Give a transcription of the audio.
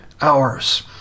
hours